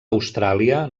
austràlia